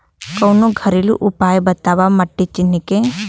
कवनो घरेलू उपाय बताया माटी चिन्हे के?